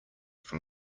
from